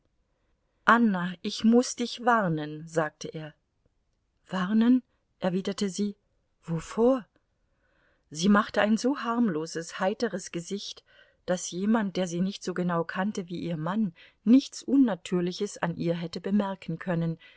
anna ich muß dich warnen sagte er warnen erwiderte sie wovor sie machte ein so harmloses heiteres gesicht daß jemand der sie nicht so genau kannte wie ihr mann nichts unnatürliches an ihr hätte bemerken können